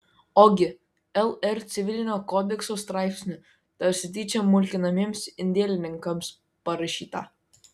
ogi lr civilinio kodekso straipsnį tarsi tyčia mulkinamiems indėlininkams parašytą